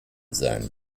sein